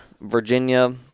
Virginia